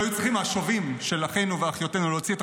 לו היו צריכים השובים של אחינו ואחיותינו להוציא את